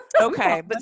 Okay